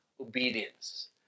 obedience